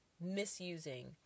misusing